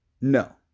No